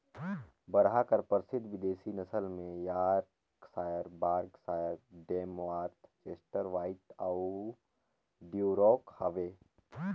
बरहा कर परसिद्ध बिदेसी नसल में Yorkshire, Berkshire, Tamworth, Chester White अउ ड्यूरॉक हवे